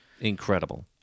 Incredible